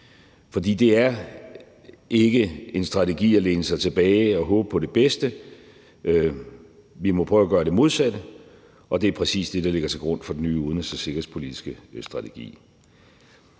For det er ikke en strategi at læne sig tilbage og håbe på det bedste; vi må prøve at gøre det modsatte, og det er præcis det, der ligger til grund for den nye udenrigs- og sikkerhedspolitiske strategi.